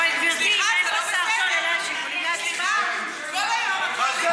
אבל גברתי היושבת-ראש, סליחה, זה לא בסדר.